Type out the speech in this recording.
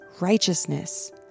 righteousness